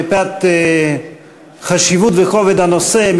מפאת חשיבות וכובד הנושא,